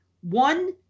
one